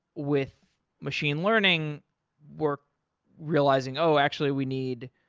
with machine learning we're realizing, oh, actually we need